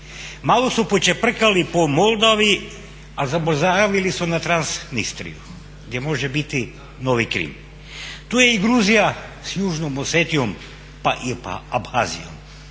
Malo su počeprkali po Moldovi, a zaboravili su na trans … gdje možemo biti novi Krim. Tu je i Gruzija s južnom Osetiom pa i Abhasiom.